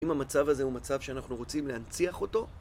אם המצב הזה הוא מצב שאנחנו רוצים להנציח אותו,